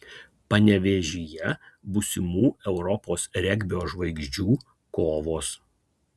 panevėžyje būsimų europos regbio žvaigždžių kovos